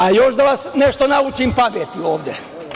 A još da vas nešto naučim pameti ovde.